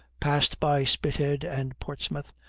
passed by spithead and portsmouth,